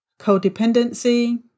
codependency